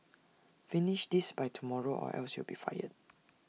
finish this by tomorrow or else you'll be fired